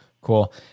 Cool